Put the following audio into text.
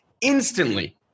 instantly